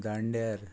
दांड्यार